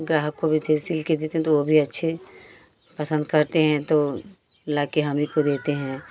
ग्राहकों सिलके देते तो वो भी अच्छे पसंद करते हैं तो ला की हम ही को देते हैं